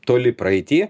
toli praeity